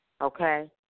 Okay